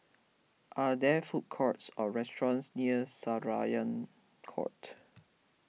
are there food courts or restaurants near Syariah Court